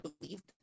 believed